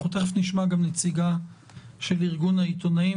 אנחנו תכף נשמע גם נציגה של ארגון העיתונאים.